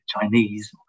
Chinese